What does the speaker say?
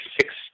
six